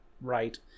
right